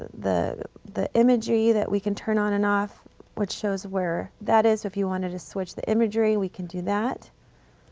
the the imagery that we can turn on and off which shows where that is if you wanted to switch the imagery, we can do that.